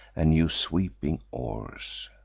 and new sweeping oars.